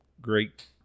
Great